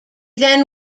then